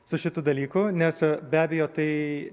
su šitu dalyku nes be abejo tai